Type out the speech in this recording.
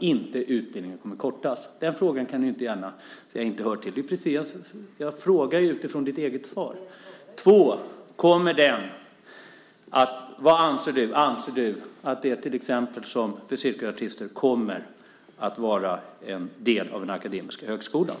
till utbildningen att den inte kommer att kortas? Du kan inte gärna säga att den frågan inte hör hit. Jag frågar utifrån ditt eget svar. Anser du att utbildningen, som till exempel för cirkusartister, ska vara en del av den akademiska högskolan?